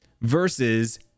versus